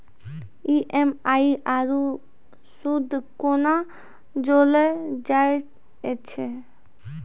EMI आरू सूद कूना जोड़लऽ जायत ऐछि?